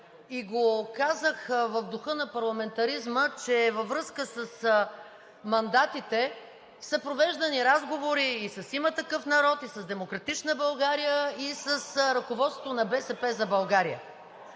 и го казах в духа на парламентаризма, че във връзка с мандатите са провеждани разговори и с „Има такъв народ“, и с „Демократична България“, и с ръководството на „БСП за България“.